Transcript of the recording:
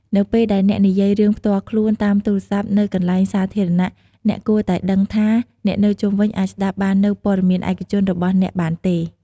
នៅពេលដែលអ្នកនិយាយរឿងផ្ទាល់ខ្លួនតាមទូរស័ព្ទនៅកន្លែងសាធារណៈ អ្នកគួរតែដឹងថា អ្នកនៅជុំវិញអាចស្ដាប់បាននូវព័ត៌មានឯកជនរបស់អ្នកបានទេ។